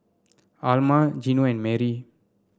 Alma Gino and Marie